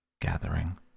gathering